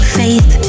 faith